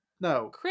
No